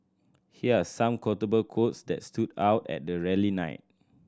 here are some quotable quotes that stood out at the rally night